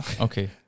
okay